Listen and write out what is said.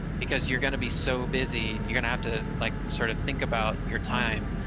because you're gonna be so busy you're gonna have to, like, sort of think about your time,